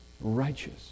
righteous